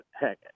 heck